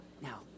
now